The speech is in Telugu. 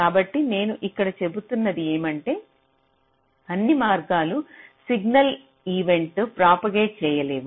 కాబట్టి నేను ఇక్కడ చెబుతున్నది ఏమంటే అన్ని మార్గాలు సిగ్నల్ ఈవెంట్ ప్రాపగేట్ చేయలేవు